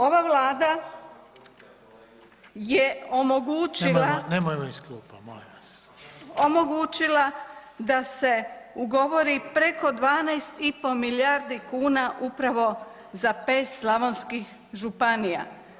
Ova Vlada je omogućila [[Upadica: Nemojmo, nemojmo iz klupa, molim vas.]] omogućila da se ugovori preko 12,5 milijardi kuna upravo za pet slavonskih županija.